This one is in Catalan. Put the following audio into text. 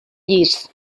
llis